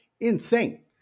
insane